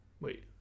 wait